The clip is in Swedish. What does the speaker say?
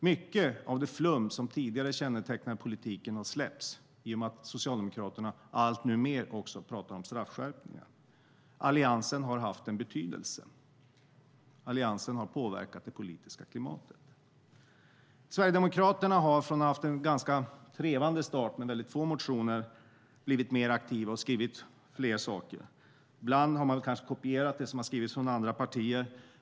Mycket av det flum som tidigare kännetecknat politiken har släppts i och med att Socialdemokraterna alltmer talar om straffskärpningar. Alliansen har haft betydelse och påverkat det politiska klimatet. Sverigedemokraterna har efter en ganska trevande start med väldigt få motioner blivit mer aktiva och skrivit fler saker. Ibland har man kanske kopierat det som har skrivits från andra partier.